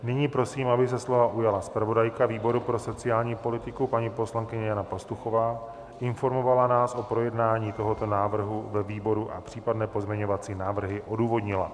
Nyní prosím, aby se slova ujala zpravodajka výboru pro sociální politiku, paní poslankyně Jana Pastuchová, informovala nás o projednání tohoto návrhu ve výboru a případné pozměňovací návrhy odůvodnila.